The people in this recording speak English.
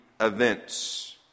events